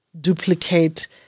duplicate